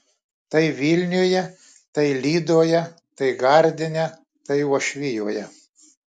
tai vilniuje tai lydoje tai gardine tai uošvijoje